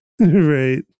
Right